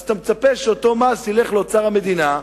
אז אתה מצפה שאותו מס ילך לאוצר המדינה,